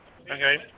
Okay